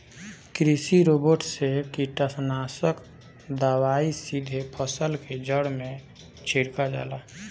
कृषि रोबोट से कीटनाशक दवाई सीधे फसल के जड़ में छिड़का जाला